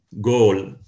goal